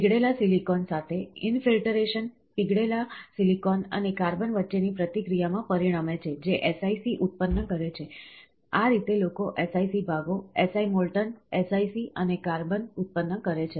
પીગળેલા silicon સાથે infiltration પીગળેલા silicon અને કાર્બન વચ્ચેની પ્રતિક્રિયામાં પરિણમે છે જે SiC ઉત્પન્ન કરે છે આ રીતે લોકો SiC ભાગો Si મોલ્ટન SiC અને કાર્બન ઉત્પન્ન કરે છે